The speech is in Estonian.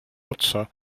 otsa